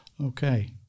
Okay